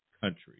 Country